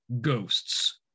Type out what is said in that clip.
Ghosts